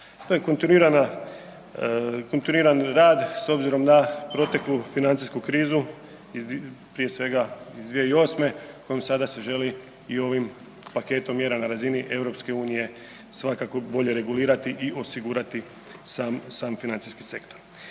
To je kontirani rad s obzirom na proteklu financijsku krizu, prije svega iz 2008. kojom se sada želi i ovim paketom mjera na razini EU svakako bolje regulirati i osigurati sam financijski sektor.